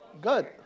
Good